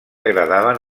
agradaven